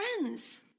friends